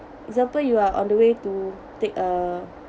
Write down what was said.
example you are on the way to take uh